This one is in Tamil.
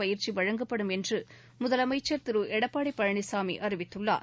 பயிற்சி வழங்கப்படும் என்று முதலமைச்சர் திரு எடப்பாடி கே பழனிசாமி அறிவித்துள்ளார்